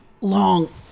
long